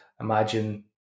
imagine